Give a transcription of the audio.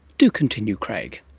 do continue, craig.